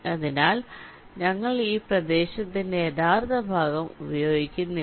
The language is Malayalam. അതിനാൽ ഞങ്ങൾ ഈ പ്രദേശത്തിന്റെ യഥാർത്ഥ ഭാഗം ഉപയോഗിക്കുന്നില്ല